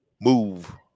move